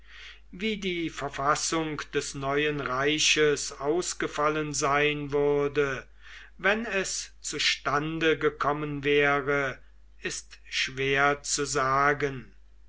wie die verfassung des neuen reiches ausgefallen sein würde wenn es zustande gekommen wäre ist schwer zu sagen